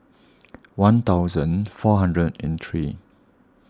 one thousand four hundred and three